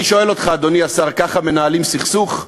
אני שואל אותך, אדוני השר, ככה מנהלים סכסוך?